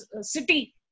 city